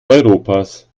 europas